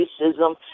racism